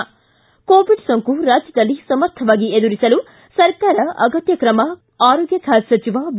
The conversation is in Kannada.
ಿ ಕೋವಿಡ್ ಸೋಂಕನ್ನು ರಾಜ್ಯದಲ್ಲಿ ಸಮರ್ಥವಾಗಿ ಎದುರಿಸಲು ಸರ್ಕಾರ ಅಗತ್ಯ ಕ್ರಮ ಆರೋಗ್ಯ ಖಾತೆ ಸಚಿವ ಬಿ